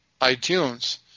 iTunes